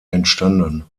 entstanden